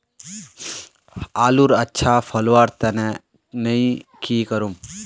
आलूर अच्छा फलवार तने नई की करूम?